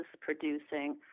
producing